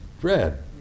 dread